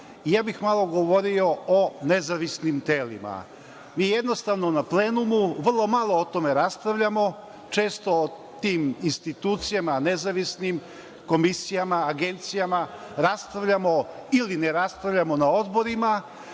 i ja bih malo govorio o nezavisnim telima. Mi jednostavno na plenumu vrlo malo o tome raspravljamo. Često o tim institucijama nezavisnim komisijama, agencijama, raspravljamo ili ne raspravljamo na odborima